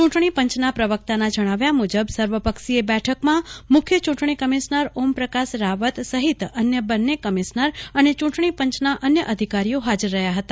ચૂંટણી પંચના પ્રવક્તાના જણાવ્યા મુજબ સર્વપક્ષીય બેઠકમાં મુખ્ય ચૂંટણી કમિશનર ઓમપ્રકાશ રાવત સહિત અન્ય બન્ને કમિશનર અને ચૂંટણી પંચના અન્ય અધિકારીઓ હાજર રહ્યા હતા